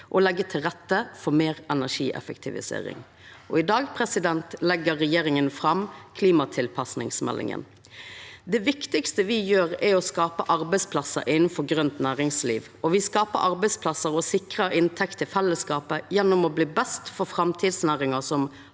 og leggja til rette for meir energieffektivisering. I dag legg regjeringa fram klimatilpassingsmeldinga. Det viktigaste me gjer, er å skapa arbeidsplassar innanfor grønt næringsliv, og me skapar arbeidsplassar og sikrar inntekt til fellesskapet gjennom å bli best innanfor framtidsnæringar som